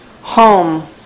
Home